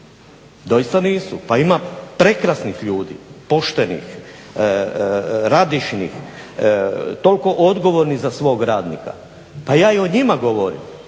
Doista nisu. Pa ima prekrasnih ljudi, poštenih, radišnih, toliko odgovornih za svog radnika. Pa ja i o njima govorim.